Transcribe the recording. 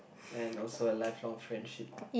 and also a lifelong friendship